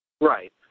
Right